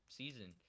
season